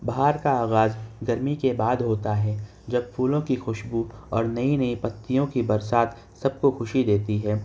بہار کا آغاز گرمی کے بعد ہوتا ہے جب پھولوں کی خوشبو اور نئی نئی پتیوں کی برسات سب کو خوشی دیتی ہے